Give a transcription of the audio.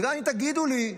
וגם אם תגידו לי: